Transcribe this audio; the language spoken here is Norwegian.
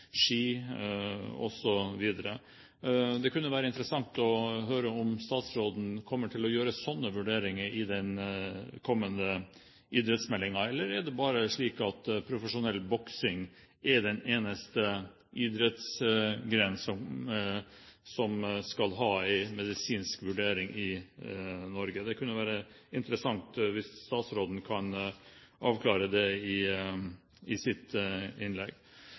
kunne være interessant å høre om statsråden kommer til å gjøre slike vurderinger i den kommende idrettsmeldingen, eller er profesjonell boksing den eneste idrettsgrenen hvor man skal ha en medisinsk vurdering i Norge? Det kunne være interessant hvis statsråden kan avklare det i sitt innlegg.